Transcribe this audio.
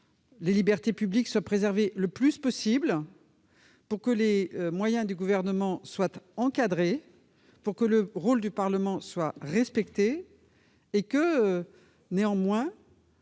les libertés publiques soient préservées autant que possible, pour que les moyens du Gouvernement soient encadrés, pour que le rôle du Parlement soit respecté et que, néanmoins,